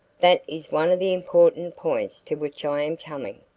that is one of the important points to which i am coming,